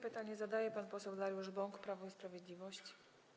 Pytanie zadaje pan poseł Dariusz Bąk, Prawo i Sprawiedliwość.